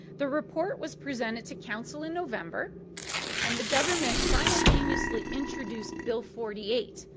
the report was presented to council in november and the government simultaneously introduced bill forty eight,